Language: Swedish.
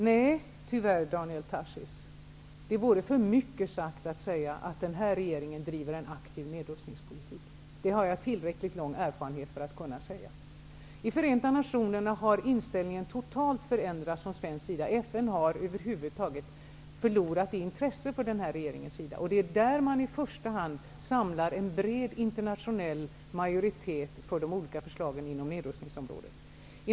Nej, tyvärr, Daniel Tarschys, det vore för mycket sagt att den här regeringen driver en aktiv nedrustningspolitik. Det har jag tillräckligt lång erfarenhet för att kunna säga. I Förenta nationerna har inställningen totalt förändrats från svensk sida. FN har över huvud taget förlorat intresse för den här regeringen. Det är där man i första hand samlar en bred internationell majoritet för de olika förslagen inom nedrustningsområdet.